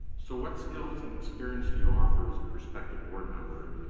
so what skills and experience do you offer as a prospective board member,